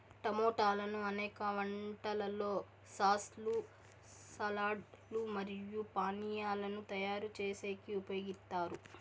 టమోటాలను అనేక వంటలలో సాస్ లు, సాలడ్ లు మరియు పానీయాలను తయారు చేసేకి ఉపయోగిత్తారు